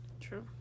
true